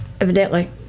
Evidently